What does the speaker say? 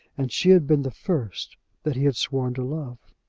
and she had been the first that he had sworn to love!